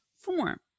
form